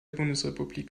bundesrepublik